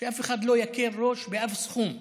שאף אחד לא יקל ראש באף סכום,